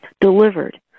delivered